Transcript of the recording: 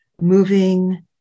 moving